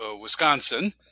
Wisconsin